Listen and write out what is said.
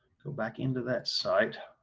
go back into that site